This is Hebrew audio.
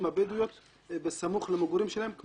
הבדואיות כך שיוכלו לעבוד בסמוך למגורים שלהן,